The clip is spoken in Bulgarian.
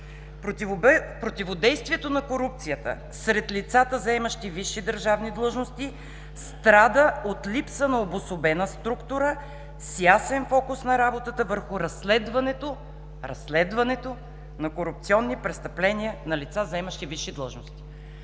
„Противодействието на корупцията сред лицата, заемащи висши държавни длъжности, страда от липса на обособена структура с ясен фокус на работата върху разследването на корупционни престъпления на лица, заемащи висши длъжности“.